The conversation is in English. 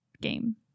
game